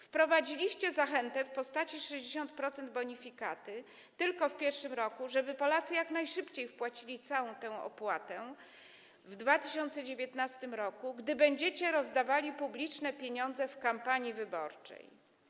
Wprowadziliście zachętę w postaci 60% bonifikaty tylko w pierwszym roku, żeby Polacy jak najszybciej wpłacili całą tę opłatę w 2019 r., gdy będziecie rozdawali publiczne pieniądze w kampanii wyborczej.